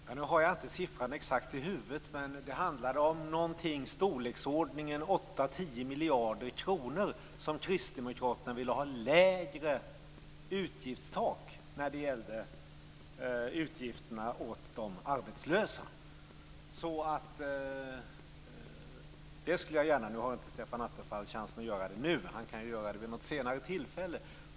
Fru talman! Nu har jag inte den exakta siffran i huvudet, men det handlade om i storleksordningen 8 10 miljarder. Så mycket lägre utgiftstak ville kristdemokraterna ha när det gäller utgifter för de arbetslösa. Stefan Attefall har inte chans att förklara det nu, men han kan väl göra det vid något senare tillfälle.